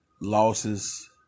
losses